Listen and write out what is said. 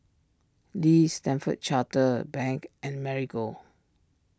Lee Stanford Chartered Bank and Marigold